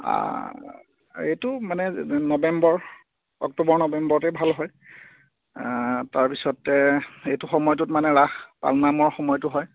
এইটো মানে November October নবেম্বৰতে ভাল হয় তাৰ পিছতে এইটো সময়টোত ৰাস পাল নাম সময়তো হয়